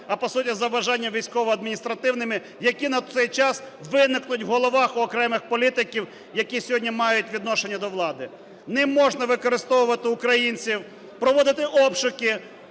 а, по суті, за бажаннями військово-адміністративними, які на цей час виникнуть в головах у окремих політиків, які сьогодні мають відношення до влади. Не можна використовувати українців, проводити обшуки,